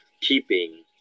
keeping